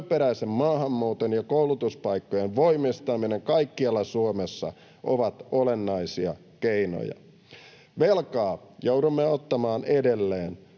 työperäisen maahanmuuton ja koulutuspaikkojen voimistaminen kaikkialla Suomessa ovat olennaisia keinoja. Velkaa joudumme ottamaan edelleen,